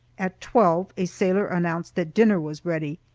at twelve, a sailor announced that dinner was ready,